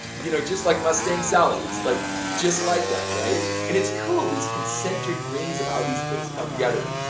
you know, just like mustang sally, it's like just like that, right? and it's cool these concentric rings of how these things come together.